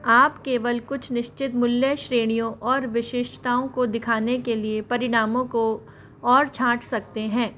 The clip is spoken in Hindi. आप केवल कुछ निश्चित मूल्य श्रेणियों और विशिष्टताओं को दिखाने के लिए परिणामों को और छाँट सकते हैं